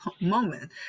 moment